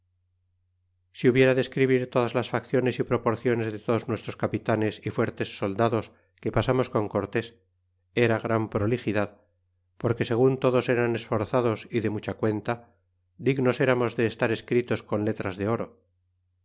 si hubiera de escribir todas las facciones é proporciones de todos nuestros capitanes é fuertes soldados que pasamos con cortés era gran prolixidad porque segun todos eran esforzados é de mucha cuenta dignos eratnos de estar escritos con letras de oro